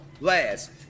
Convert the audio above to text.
Last